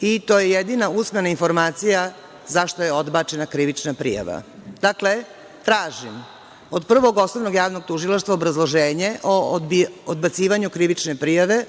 i to je jedina usmena informacija zašto je odbačena krivična prijava. Dakle, tražim od Prvog osnovnog javnog tužilaštva obrazloženje o odbacivanju krivične prijave